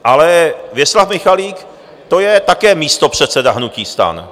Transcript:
Ale Věslav Michalik, to je také místopředseda hnutí STAN.